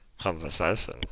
conversation